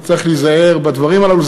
אז צריך להיזהר בדברים הללו,